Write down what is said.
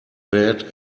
bad